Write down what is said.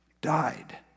died